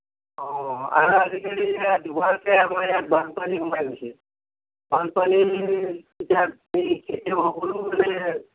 অঁ আৰু আজিকালি আমাৰ ইয়াত বানপানী সোমাই গৈছে বানপানী খেতিয়কসকলেও মানে